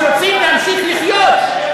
שרוצים להמשיך לחיות,